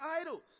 idols